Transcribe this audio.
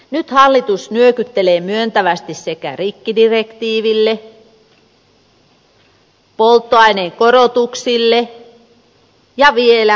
nyt hallitus nyökyttelee myöntävästi rikkidirektiiville polttoaineen korotuksille ja vielä se nyökyttelee väylämaksujen korotuksille